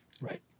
right